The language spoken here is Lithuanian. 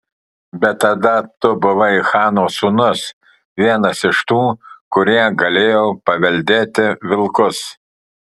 bet tada tu buvai chano sūnus vienas iš tų kurie galėjo paveldėti vilkus